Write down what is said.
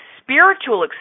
spiritual